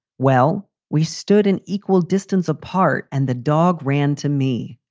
well, we stood in equal distance apart and the dog ran to me.